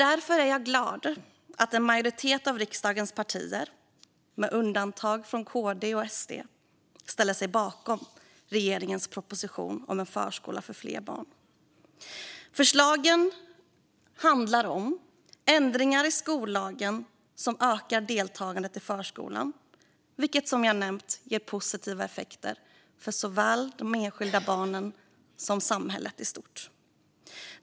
Därför är jag glad att en majoritet av riksdagens partier - alla utom KD och SD - ställer sig bakom regeringens proposition om en förskola för fler barn. Förslaget handlar om ändringar i skollagen som ökar deltagandet i förskolan, vilket, som jag nämnt, ger positiva effekter för såväl de enskilda barnen som samhället i stort.